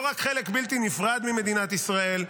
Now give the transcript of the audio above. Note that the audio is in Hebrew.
לא רק חלק בלתי נפרד ממדינת ישראל,